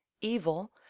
evil